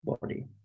body